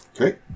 Okay